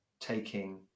taking